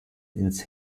ins